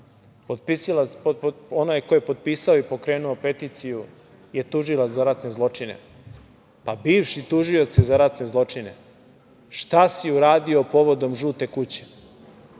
onaj ko je potpisao i pokrenuo peticiju je tužilac za ratne zločine. Bivši tužioče za ratne zločine, šta si uradio povodom „žute kuće“?